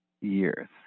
years